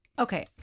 Okay